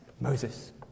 Moses